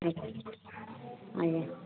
ଆଜ୍ଞା ଆଜ୍ଞା